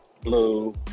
blue